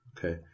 Okay